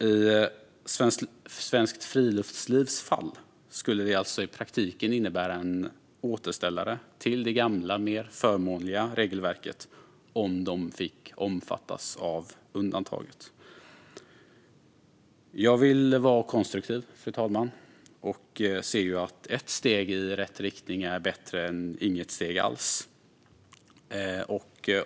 I Svenskt Friluftslivs fall skulle det alltså i praktiken innebära en återställare till det gamla, mer förmånliga regelverket om de fick omfattas av undantaget. Jag vill vara konstruktiv, fru talman, och ser ju att ett steg i rätt riktning är bättre än inget steg alls.